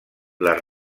les